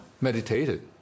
meditated